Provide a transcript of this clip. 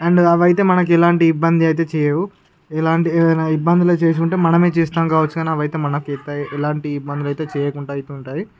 and అవి అయితే మనకు ఎలాంటి ఇబ్బంది అయితే చేయవు ఎలాంటి ఏవైనా ఇబ్బందులు చేస్తుంటే మనమే చేస్తాం కావచ్చు అవి అయితే మనకి చేస్తాయి ఎలాంటి ఇబ్బందులు అయితే చేయకుండా అయితే ఉంటాయి